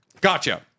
Gotcha